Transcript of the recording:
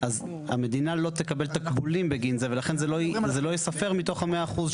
אז המדינה לא תקבל תקבולים בגין זה ולכן זה לא ייספר מתוך ה-100%.